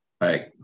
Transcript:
right